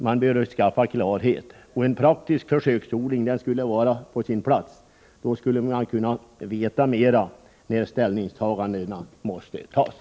Man bör skaffa klarhet. En praktisk försöksodling skulle vara på sin plats. Då skulle man kunna veta mer när ställningstagandena sedan måste göras.